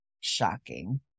shocking